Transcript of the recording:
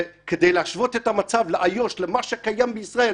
וכדי להשוות את המצב באיו"ש למה שקיים בישראל,